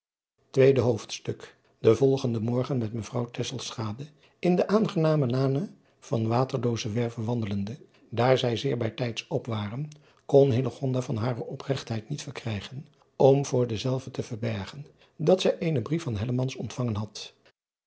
weede hoofdstuk en volgenden morgen met ejuffrouw in de aangename lanen van aterloozewerve wandelende daar zij zeer bijtijds op waren kon van hare opregtheid niet verkrijgen om voor dezelve te verbergen dat zij eenen brief van ontvangen had